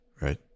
right